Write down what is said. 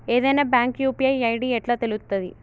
ఏదైనా bank UPI ID ఎట్లా తెలుత్తది?